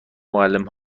معلم